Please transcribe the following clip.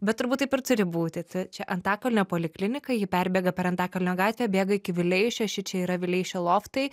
bet turbūt taip ir turi būti čia antakalnio poliklinika ji perbėga per antakalnio gatvę bėga iki vileišio šičia yra vileišio loftai